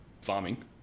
farming